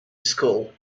school